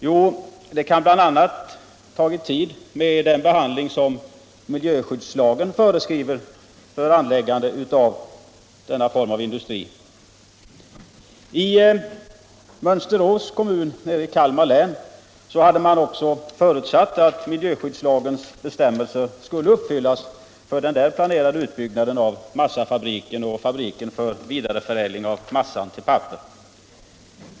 Jo, det kan bl.a. ha tagit tid med den behandling som miljöskyddslagen föreskriver för anläggande av denna form av industri. I Mönsterås kommun nere i Kalmar län hade man också förutsatt att miljöskyddslagens bestämmelser skulle uppfyllas för den där planerade utbyggnaden av massafabriken och fabriken för vidareförädling av massan till papper.